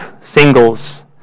singles